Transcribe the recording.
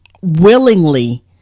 willingly